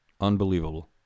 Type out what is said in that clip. Unbelievable